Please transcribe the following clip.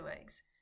eggs